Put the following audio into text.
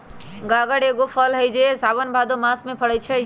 गागर एगो फल हइ जे साओन भादो मास में फरै छै